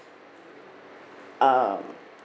um